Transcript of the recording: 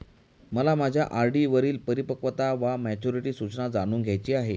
मला माझ्या आर.डी वरील परिपक्वता वा मॅच्युरिटी सूचना जाणून घ्यायची आहे